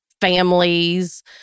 families